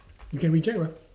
you can reject what